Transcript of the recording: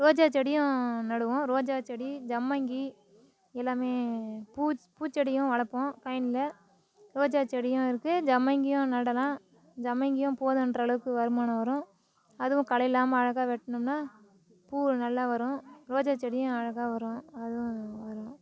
ரோஜா செடியும் நடுவோம் ரோஜா செடி சம்மங்கி எல்லாம் பூச் பூச்செடியும் வளர்ப்போம் கயனியில் ரோஜா செடியும் இருக்குது சம்மங்கியும் நடலாம் சம்மங்கியும் போதும்றளவுக்கு வருமானம் வரும் அதுவும் களை இல்லாமல் அழகா வெட்டிணோம்னா பூ நல்லா வரும் ரோஜா செடியும் அழகா வரும் அதுவும் வரும்